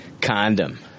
condom